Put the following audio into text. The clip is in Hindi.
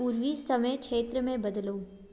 पूर्वी समय क्षेत्र में बदलो